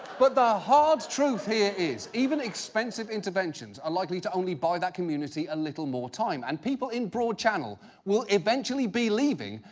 but the hard truth here is even expensive interventions are likely to only buy that community a little more time and people in broad channel will eventually be leaving,